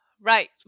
Right